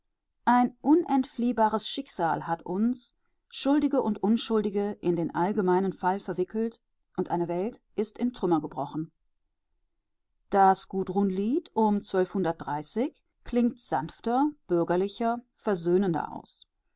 ein unentfliehbares schicksal hat uns schuldige und unschuldige in den allgemeinen fall verwickelt und eine welt ist in trümmer gebrochen das gudrunlied um klingt sanfter bürgerlicher versöhnender aus